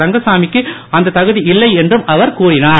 ரங்கசாமி க்கு அந்த தகுதி இல்லை என்று அவர் கூறினார்